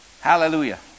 Hallelujah